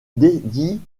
dédie